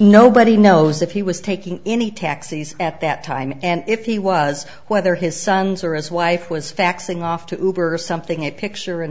nobody knows if he was taking any taxis at that time and if he was whether his sons are as wife was faxing off to over something a picture and